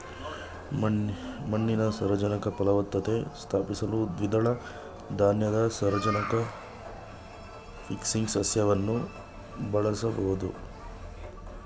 ಮಣ್ಣಿನ ಸಾರಜನಕ ಫಲವತ್ತತೆ ಸ್ಥಾಪಿಸಲು ದ್ವಿದಳ ಧಾನ್ಯದ ಸಾರಜನಕ ಫಿಕ್ಸಿಂಗ್ ಸಸ್ಯವನ್ನು ಬಳಸ್ಬೋದು